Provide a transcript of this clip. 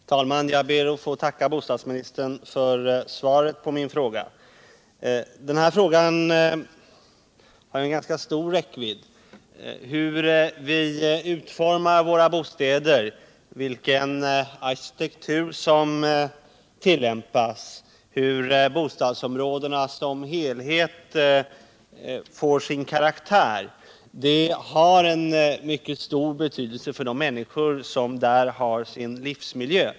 Herr talman! Jag ber att få tacka bostadsministern för svaret på min fråga. Den här frågan har ju en ganska stor räckvidd. Hur vi utformar våra bostäder, vilken arkitektur som tillämpas, hur bostadsområdena som helhet får sin karaktär har en mycket stor betydelse för de människor som berörs.